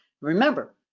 Remember